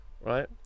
right